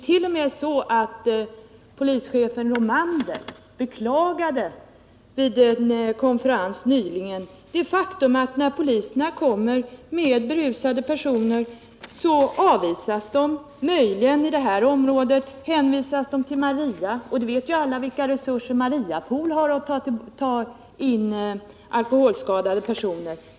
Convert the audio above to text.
T. o. m. rikspolischefen Romander beklagade vid en konferens nyligen det faktum att när poliserna kommer med berusade personer avvisas dessa. I det här området hänvisas möjligen till Maria, och alla vet ju vilka resurser Mariapol har när det gäller att ta in alkoholskadade personer.